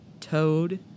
Toad